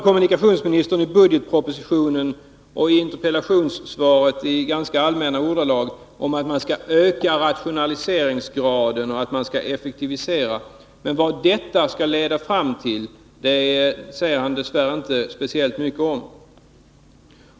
Kommunikationsministern talar i budgetpropositionen och i interpellationssvaret i ganska allmänna ordalag om att man skall öka rationaliseringsgraden och att man skall effektivisera. Men vad detta skall leda fram till säger han dess värre inte speciellt mycket om.